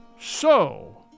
So